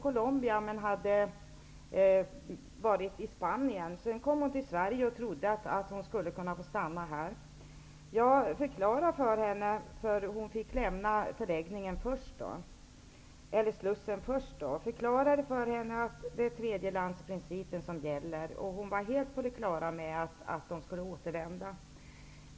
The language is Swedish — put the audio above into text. De hade varit i Spanien och kom därifrån till Sverige. Mamman trodde att de skulle få stanna här. Hon fick lämna den s.k. slussen. Jag förklarade för henne att tredjelandsprincipen gäller. Hon var helt klar över att de skulle återvända.